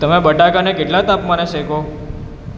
તમે બટાકાને કેટલા તાપમાને શેકો